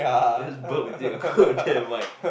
you just burped into your god damn mic